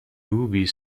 movie